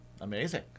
Amazing